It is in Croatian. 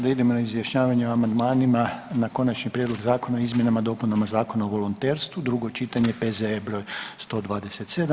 Sada idemo na izjašnjavanje o amandmanima na Konačni prijedlog zakona o izmjenama i dopunama Zakona o volonterstvu, drugo čitanje, P.Z.E. br. 127.